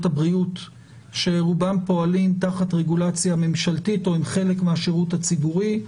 הבריאות שרובם פועלים תחת רגולציה ממשלתית או הם חלק מהשירות הציבורי.